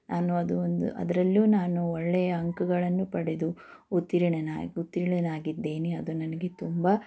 ನಾನು ಅದು ಒಂದು ಅದರಲ್ಲೂ ನಾನು ಒಳ್ಳೆಯ ಅಂಕಗಳನ್ನು ಪಡೆದು ಉತ್ತೀರ್ಣನಾಗಿ ಉತ್ತೀರ್ಣಳಾಗಿದ್ದೇನೆ ಅದು ನನಗೆ ತುಂಬ